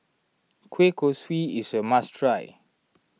Kueh Kosui is a must try